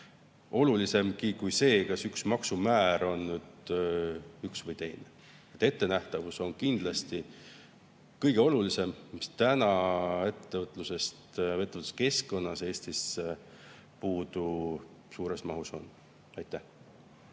olulisemgi kui see, kas mingi maksumäär on üks või teine. Ettenähtavus on kindlasti kõige olulisem, mis Eesti ettevõtluskeskkonnas praegu suures mahus puudu on. Aitäh!